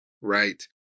Right